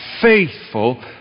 faithful